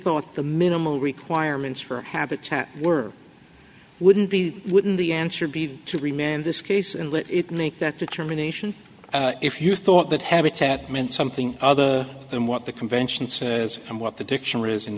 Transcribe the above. thought the minimal requirements for a habitat were wouldn't be wouldn't the answer be to remain in this case and let it make that determination if you thought that habitat meant something other than what the convention says and what the dictionaries in